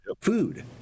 food